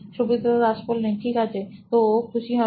Supratibh Das C T ও নোইন electronics ঠিক আছে তো ও খুশি হবে